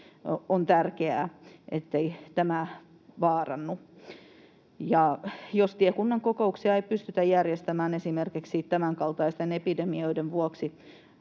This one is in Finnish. on tärkeää, ettei tämä vaarannu. Jos tiekunnan kokouksia ei pystytä järjestämään esimerkiksi tämänkaltaisten epidemioiden vuoksi,